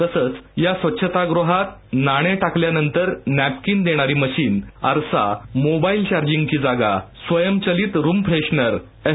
तसंच या स्वच्छतागृहात नाणे टाकल्यानंतर नॅपकिन देणारी मशिन आरसा मोबाईल चार्जिंगची जागा स्वयंचलित रूम फ्रेशनर एफ